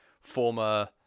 former